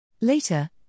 Later